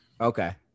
Okay